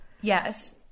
yes